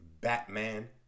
Batman